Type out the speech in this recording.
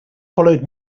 followed